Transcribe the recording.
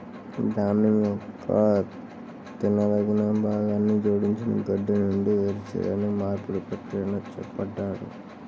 ధాన్యం యొక్క తినదగిన భాగాన్ని జోడించిన గడ్డి నుండి వేరు చేయడానికి నూర్పిడి ప్రక్రియని చేపడతారు